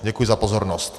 Děkuji za pozornost.